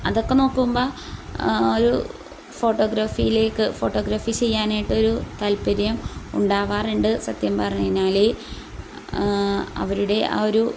അതൊക്കെ നോക്കുമ്പോൾ ഒരു ഫോട്ടോഗ്രാഫിയിലേക്ക് ഫോട്ടോഗ്രഫി ചെയ്യാനായിട്ടൊരു താല്പര്യം ഉണ്ടാവാറുണ്ട് സത്യം പറഞ്ഞുകഴിഞ്ഞാൽ അവരുടെ ആ ഒരു